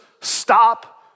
stop